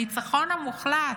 הניצחון המוחלט.